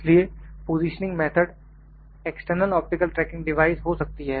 इसलिए positioning method external optical tracking devices हो सकती है